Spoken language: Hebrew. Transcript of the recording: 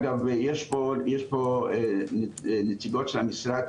אגב יש פה נציגות של המשרד,